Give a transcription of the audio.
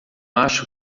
acho